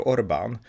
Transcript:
Orban